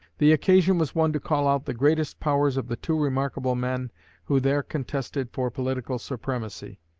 the occasion was one to call out the greatest powers of the two remarkable men who there contested for political supremacy.